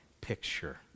picture